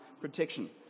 protection